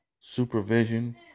supervision